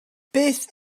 beth